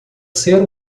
ser